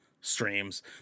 streams